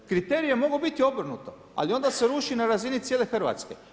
Kriteriji mogu biti obrnuto, ali onda se ruši na razini cijele Hrvatske.